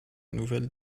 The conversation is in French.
nouvelles